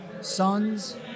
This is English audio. son's